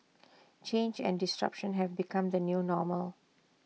change and disruption have become the new normal